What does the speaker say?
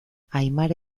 aimara